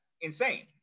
insane